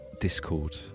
Discord